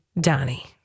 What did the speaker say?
Donnie